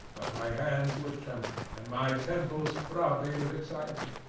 but my hands were trembling, and my temples throbbing with excitement.